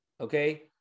Okay